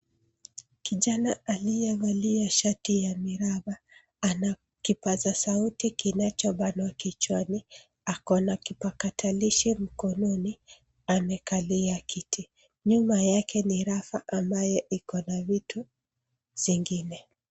Kijana aliye valia shati ya miraba. Ana kipaza sauti kinchobanwa kichwani. Ako na kipakatalishi mkononi, amekali kiti. Nyuma yake ni rafa ambaye iko na vitu zingine.